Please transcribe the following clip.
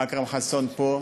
אכרם חסון פה,